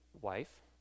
wife